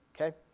Okay